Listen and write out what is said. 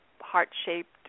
heart-shaped